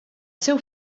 seu